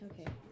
okay